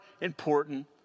important